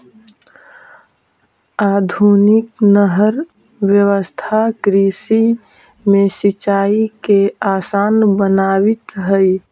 आधुनिक नहर व्यवस्था कृषि में सिंचाई के आसान बनावित हइ